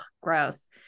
gross